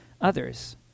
others